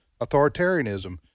authoritarianism